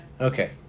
Okay